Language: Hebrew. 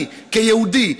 אני כיהודי,